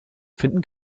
finden